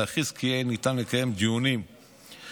להכריז כי יהיה ניתן לקיים דיונים בבתי